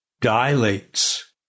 Dilates